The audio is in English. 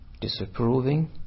Disapproving